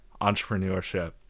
entrepreneurship